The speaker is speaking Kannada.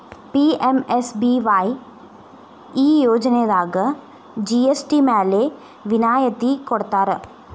ಪಿ.ಎಂ.ಎಸ್.ಬಿ.ವಾಯ್ ಈ ಯೋಜನಾದಾಗ ಜಿ.ಎಸ್.ಟಿ ಮ್ಯಾಲೆ ವಿನಾಯತಿ ಕೊಡ್ತಾರಾ